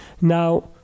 Now